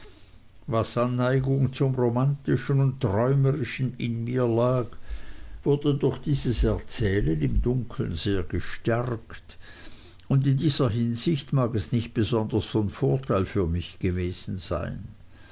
was an neigung zum romantischen und träumerischen in mir lag wurde durch dieses erzählen im dunkeln sehr gestärkt und in dieser hinsicht mag es nicht besonders von vorteil für mich gewesen sein